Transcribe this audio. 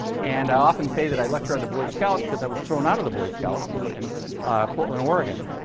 and i often say that i lecture on the boy scouts because i was thrown out of the boy scouts and but in portland, oregon,